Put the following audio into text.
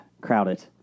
crowded